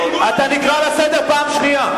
אתה נקרא לסדר פעם שנייה.